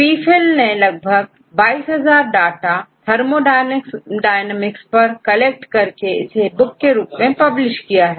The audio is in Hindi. Pfil ने लगभग 22000डाटा थर्मोडायनेमिक्स पर कलेक्ट कर उसे बुक के रूप में पब्लिश किया है